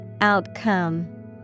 Outcome